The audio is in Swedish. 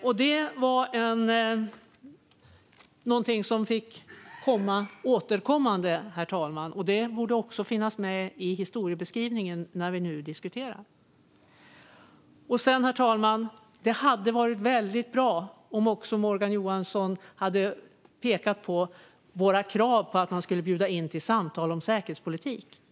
Och det var någonting återkommande, herr talman. Det borde också finnas med i historieskrivningen när vi nu diskuterar. Sedan, herr talman, hade det varit väldigt bra om Morgan Johansson också hade pekat på våra krav på att man skulle bjuda in till samtal om säkerhetspolitik.